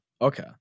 okay